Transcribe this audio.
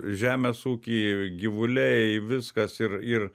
žemės ūky gyvuliai viskas ir ir